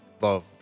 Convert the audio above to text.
love